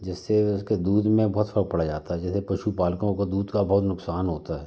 जिससे उसके दूध में बहुत फर्क पर जाता हैं जैसे पशुपालकों को दूध का बहुत नुकसान होता हैं